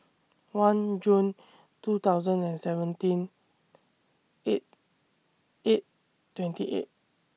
one June two thousand and seventeen eight eight twenty eight